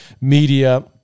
Media